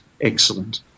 excellent